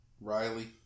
Riley